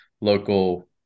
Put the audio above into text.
local